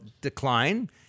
decline